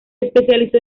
especializó